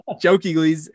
jokingly